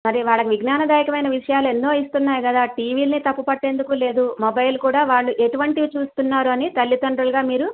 మరి వాళ్ళకి విజ్ఞానదాయకమైన విషయాలేన్నో ఇస్తున్నాయి కదా టీవీలని తప్పు పట్టేందుకు లేదు మొబైల్ కూడా వాళ్ళు ఎటువంటివి చూస్తున్నారో అని తల్లిదండ్రులుగా మీరు